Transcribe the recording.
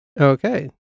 Okay